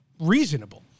reasonable